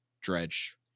Dredge